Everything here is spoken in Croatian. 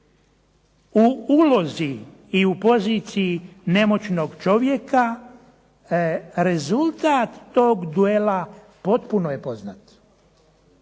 u ulozi i u poziciji nemoćnog čovjeka rezultat tog duela potpuno je poznat.